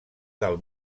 del